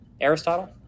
Aristotle